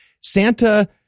Santa